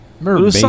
Remember